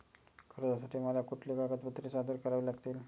कर्जासाठी मला कुठली कागदपत्रे सादर करावी लागतील?